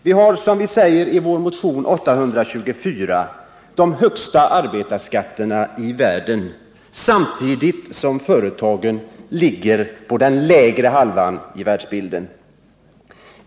Vi har, som vi säger i vår motion 824, de högsta arbetarskatterna i världen, samtidigt som företagsbeskattningen ligger på den lägre halvan i världsbilden.